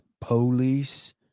police